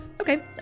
okay